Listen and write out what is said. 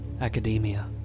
academia